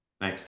Thanks